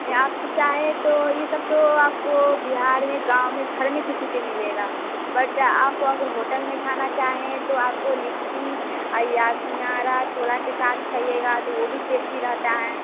या आप तो चाहें तो ये सब तो आपको बिहार में गाँव में घर में किसी के मिलेगा बट आप अगर होटल में खाना चाहें तो आपको लिट्टी या सिंघाड़ा छोला के साथ खाइएगा तो वह भी टेस्टी रहता है